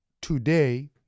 today